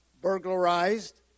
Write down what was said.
burglarized